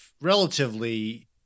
relatively